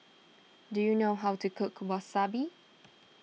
do you know how to cook Wasabi